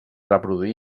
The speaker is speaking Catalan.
reproduir